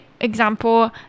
example